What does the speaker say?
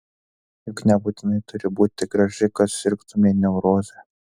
juk nebūtinai turi būti graži kad sirgtumei neuroze